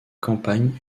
campagne